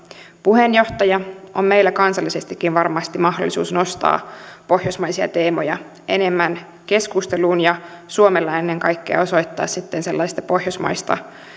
puheenjohtaja on meillä kansallisestikin varmasti mahdollisuus nostaa pohjoismaisia teemoja enemmän keskusteluun ja suomella ennen kaikkea osoittaa sitten sellaista pohjoismaista